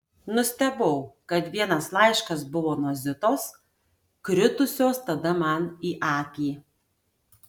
nustebau kad vienas laiškas buvo nuo zitos kritusios tada man į akį